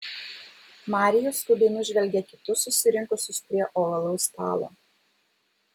marijus skubiai nužvelgė kitus susirinkusius prie ovalaus stalo